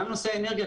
גם נושא האנרגיה,